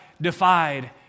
defied